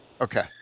Okay